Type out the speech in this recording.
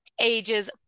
ages